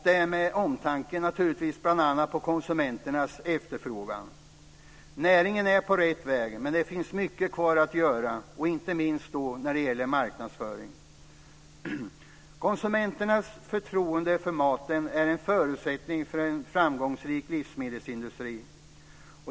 Det är naturligtvis med omtanke om konsumenternas efterfrågan. Näringen är på rätt väg. Men det finns mycket kvar att göra, inte minst när det gäller marknadsföring. Konsumenternas förtroende för maten är en förutsättning för en framgångsrik livsmedelsindustri.